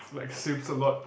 like Sims a lot